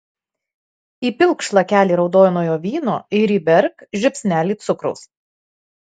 įpilk šlakelį raudonojo vyno ir įberk žiupsnelį cukraus